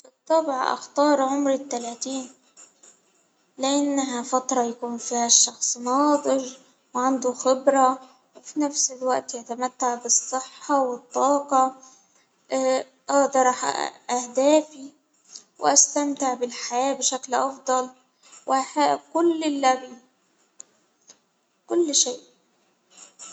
بالطبع أختار عمر التلاتين، لأنها فترة يكون فيها شخص ناضج وعنده خبرة، وفي نفس الوئت يتمتع بالصحة والطاقة، أأدر أحقق أهداف وأستمتع بالحياة بشكل أفضل، وأحياء كل -كل شيء.